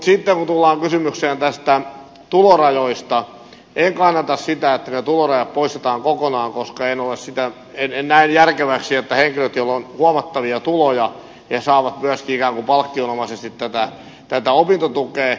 sitten kun tullaan kysymykseen näistä tulorajoista en kannata sitä että ne tulorajat poistetaan kokonaan koska en näe järkeväksi että henkilöt joilla on huomattavia tuloja saavat myöskin ikään kuin palkkionomaisesti tätä opintotukea